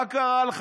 מה קרה לך?